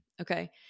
okay